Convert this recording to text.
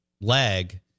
leg